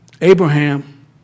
Abraham